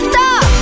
Stop